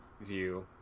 view